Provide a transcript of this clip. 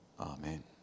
Amen